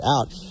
out